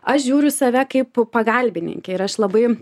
aš žiūriu save kaip pagalbininkė ir aš labai